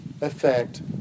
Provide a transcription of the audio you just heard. effect